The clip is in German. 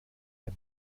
der